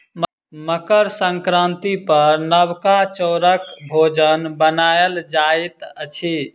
मकर संक्रांति पर नबका चौरक भोजन बनायल जाइत अछि